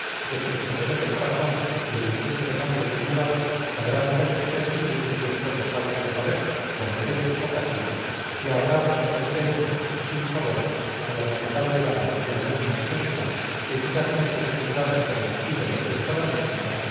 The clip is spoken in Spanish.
de que tu generoso corazón y el ilustre nombre que llevas sabrán hacerte prescindir de ciertos resabios de colegio cuartel o casino y ahorrar descontentos y sinsabores a la respetable dama y a la digna señorita que eficazmente secundadas por su activa y robusta doméstica